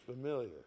familiar